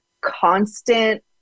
constant